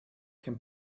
can